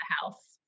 house